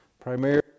primarily